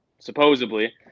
Supposedly